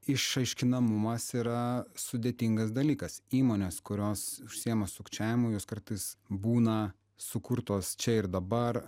išaiškinamumas yra sudėtingas dalykas įmonės kurios užsiima sukčiavimu jos kartais būna sukurtos čia ir dabar